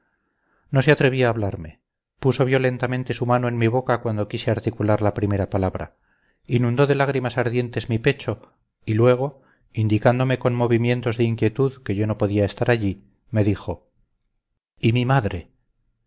no se atrevía a hablarme puso violentamente su mano en mi boca cuando quise articular la primera palabra inundó de lágrimas ardientes mi pecho y luego indicándome con movimientos de inquietud que yo no podía estar allí me dijo y mi madre